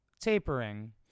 tapering